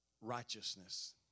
righteousness